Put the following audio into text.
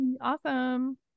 awesome